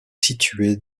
située